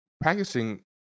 practicing